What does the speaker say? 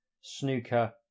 snooker